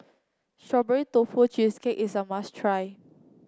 Strawberry Tofu Cheesecake is a must try